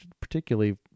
particularly